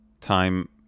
time